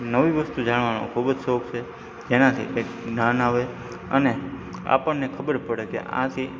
નવી વસ્તુ જાણવાનો ખૂબ જ શોખ છે જેનાથી જ્ઞાન આવે અને આપણને ખબર પડે કે આ થી